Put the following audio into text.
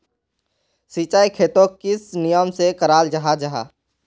सिंचाई खेतोक किस नियम से कराल जाहा जाहा?